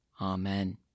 Amen